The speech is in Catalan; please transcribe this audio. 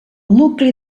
nucli